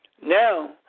now